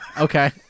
Okay